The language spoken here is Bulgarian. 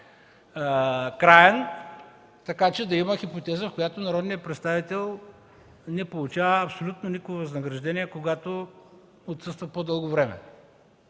по-краен, така че да има хипотеза, в която народният представител не получава абсолютно никакво възнаграждение, когато отсъства по-дълго време.